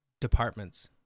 departments